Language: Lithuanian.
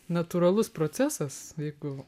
natūralus procesas jeigu